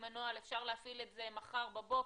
אפשר להפעיל את זה מחר בבוקר.